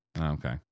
Okay